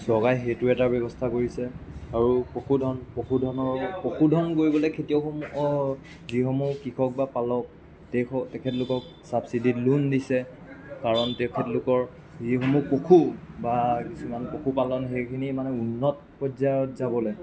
চৰকাৰে সেইটো এটা ব্যৱস্থা কৰিছে আৰু পশুধন পশুধনৰ পশুধন কৰিবলৈ খেতিয়কসমূহক যিসমূহ কৃষক বা পালক তেখেতলোকক চাবচিটিত লোন দিছে কাৰণ তেখেতলোকৰ যিসমূহ পশু বা কিছুমান পশুপালন সেইখিনি মানে উন্নত পৰ্যায়ত যাবলৈ